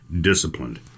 disciplined